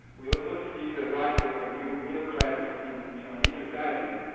we also see the rise of a new middle class in taiwanese society,